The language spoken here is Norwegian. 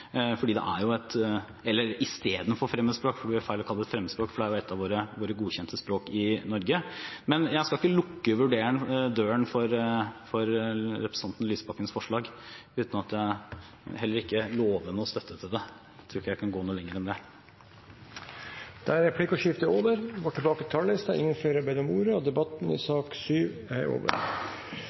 eller istedenfor fremmedspråk. Det blir feil å kalle det et fremmedspråk, for det er jo ett av våre godkjente språk i Norge. Jeg skal ikke lukke døren for representanten Lysbakkens forslag, men jeg vil heller ikke love noen støtte til det. Jeg tror ikke jeg kan gå noe lenger enn det. Replikkordskiftet er dermed over. Flere har heller ikke bedt om ordet til sak nr. 7. Lærernes kompetanse er ofte diskutert i debatten om kvalitet i skolen. Min intensjon med denne interpellasjonen er